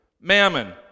Mammon